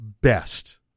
best